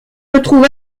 retrouve